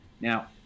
Now